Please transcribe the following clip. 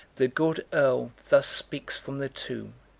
the good earl thus speaks from the tomb